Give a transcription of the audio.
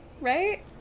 right